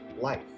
life